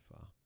far